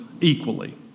equally